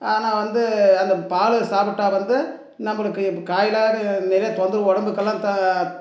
ஆனால் வந்து அந்த பால் சாப்பிட்டா வந்து நம்புளுக்கு அது காலையில் வரையும் நிறைய தொந்தரவு உடம்புக்குலாம் த